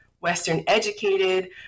Western-educated